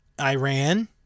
Iran